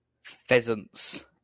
Pheasants